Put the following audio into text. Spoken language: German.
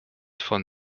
von